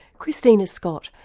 christina scott,